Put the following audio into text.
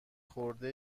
خورده